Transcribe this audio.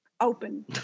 open